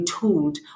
told